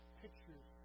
pictures